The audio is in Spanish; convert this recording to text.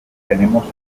tenemos